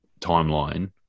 Timeline